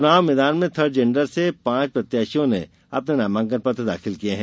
चुनाव मैदान में थर्ड जेंडर से पांच प्रत्याशियों ने नामाकन पत्र दाखिल किये है